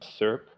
SERP